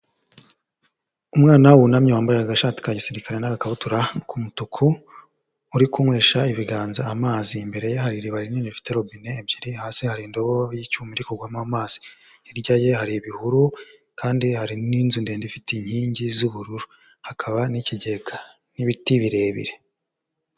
Umwana wunamye wambaye agashati ka gisirikare n'akabutura k'umutuku, uri kunywesha ibiganza amazi, imbere ye hari iriba rinini rifite robine ebyiri, hasi hari indobo y'icyuma iri kugwamo amazi hirya ye hari ibihuru kandi hari n'inzu ndende ifite inkingi z'ubururu hakaba n'ikigega n'ibiti birebire.